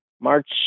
March